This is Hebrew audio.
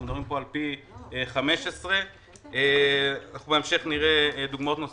אנחנו מדברים פה על פי 15. בהמשך נראה דוגמאות נוספות.